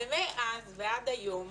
מאז ועד היום,